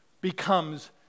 becomes